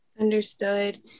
Understood